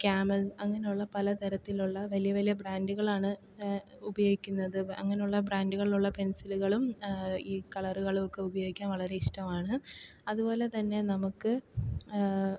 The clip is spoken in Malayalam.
ക്യാമൽ അങ്ങനെയുള്ള പല തരത്തിലുള്ള വലിയ വലിയ ബ്രാൻഡുകളാണ് ഉപയോഗിക്കുന്നത് അങ്ങനെയുള്ള ബ്രാൻഡുകളിലുള്ള പെൻസിലുകളും ഈ കളറുകളും ഒക്കെ ഉപയോഗിക്കാൻ വളരെ ഇഷ്ടമാണ് അതുപോലെ തന്നെ നമുക്ക്